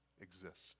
exist